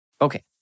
Okay